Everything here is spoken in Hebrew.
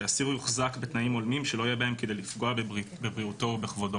שאסיר יוחזק בתנאים הולמים שלא יהיה בהם כדי לפגוע בבריאותו ובכבודו.